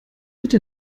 bitte